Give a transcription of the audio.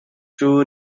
two